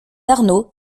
arnaud